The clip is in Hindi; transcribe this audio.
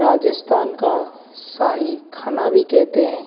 राजस्थान का शाही खाना भी कहते हैं